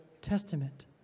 Testament